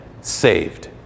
saved